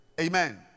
Amen